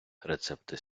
рецепти